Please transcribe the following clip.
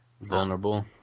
vulnerable